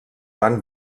van